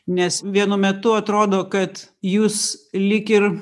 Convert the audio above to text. nes vienu metu atrodo kad jūs lyg ir